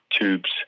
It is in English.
tubes